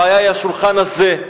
הבעיה היא השולחן הזה.